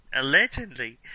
allegedly